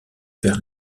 père